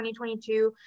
2022